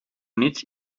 units